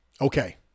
okay